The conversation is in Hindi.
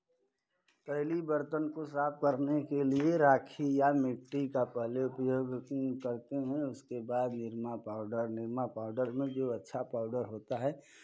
पहली बर्तन को साफ करने के लिये राखी या मिट्टी का पहले उपयोग करते हैं उसके बाद निरमा पाउडर निरमा पाउडर में जो अच्छा पाउडर होता है